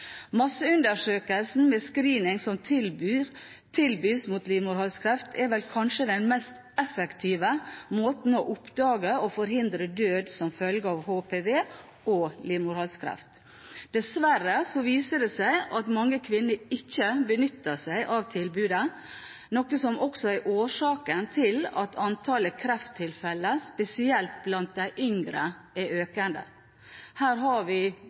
Masseundersøkelsen med screening som tilbys mot livmorhalskreft, er vel kanskje den mest effektive måten å oppdage og forhindre død som følge av HPV og livmorhalskreft. Dessverre viser det seg at mange kvinner ikke benytter seg av tilbudet, noe som også er årsaken til at antallet krefttilfeller, spesielt blant de yngre, er økende. Her har vi